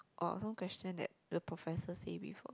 or some question that the professor say before